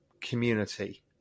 community